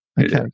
Okay